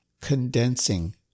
condensing